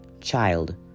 Child